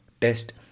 test